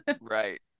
right